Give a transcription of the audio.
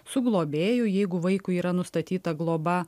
su globėju jeigu vaikui yra nustatyta globa